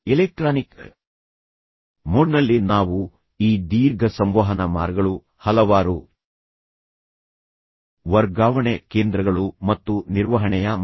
electronic ಮೋಡ್ನಲ್ಲಿ ನಾವು ಈ ದೀರ್ಘ ಸಂವಹನ ಮಾರ್ಗಗಳು ಹಲವಾರು ವರ್ಗಾವಣೆ ಕೇಂದ್ರಗಳು ಮತ್ತು ನಿರ್ವಹಣೆಯ ಮತ್ತು